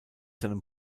seinem